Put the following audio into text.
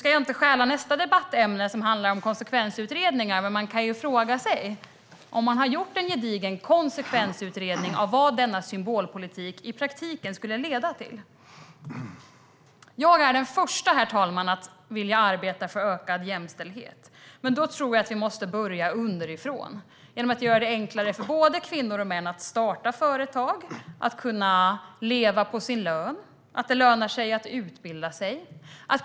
Jag ska inte stjäla nästa debattämne som handlar om konsekvensutredningar, men man kan fråga sig om det har gjorts en gedigen konsekvensutredning av vad denna symbolpolitik i praktiken skulle leda till. Jag är den första, herr talman, att vilja arbeta för ökad jämställdhet. Men jag tror att vi måste börja underifrån genom att göra det enklare för både kvinnor och män att starta företag. Man ska kunna leva på sin lön. Det ska löna sig att utbilda sig.